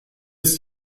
ist